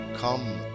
Come